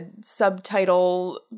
subtitle